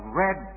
red